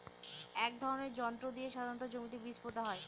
এক ধরনের যন্ত্র দিয়ে সাধারণত জমিতে বীজ পোতা হয়